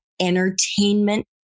Entertainment